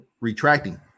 retracting